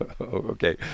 Okay